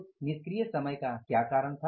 उस निष्क्रिय समय का क्या कारण था